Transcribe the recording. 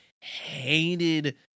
hated